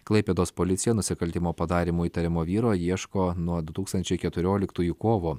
klaipėdos policija nusikaltimo padarymu įtariamo vyro ieško nuo du tūkstančiai keturioliktųjų kovo